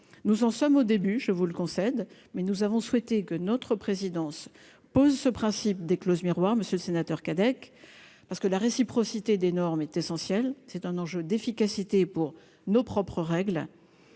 nous en sommes au début, je vous le concède, mais nous avons souhaité que notre présidence pose ce principe des clauses miroirs, Monsieur le Sénateur Cadec parce que la réciprocité des normes est essentiel, c'est un enjeu d'efficacité pour nos propres règles,